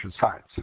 science